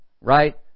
right